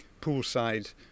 poolside